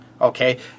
okay